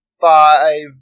five